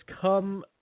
come